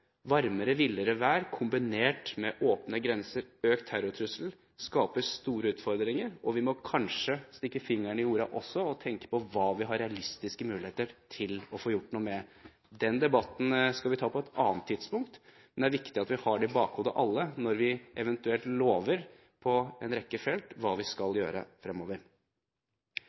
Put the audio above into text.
Varmere, villere vær, kombinert med åpne grenser og økt terrortrussel, skaper store utfordringer. Vi må kanskje stikke fingeren i jorda og tenke på hva vi har av reelle muligheter for å få gjort noe med dette. Den debatten skal vi ta på et annet tidspunkt. Men det er viktig at vi alle har det i bakhodet når vi på en rekke felt eventuelt lover hva vi skal gjøre fremover.